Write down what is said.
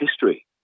history